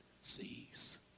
sees